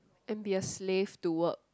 and be a slave to work